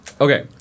Okay